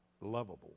lovable